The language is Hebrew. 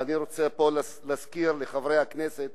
ואני רוצה פה להזכיר לחברי הכנסת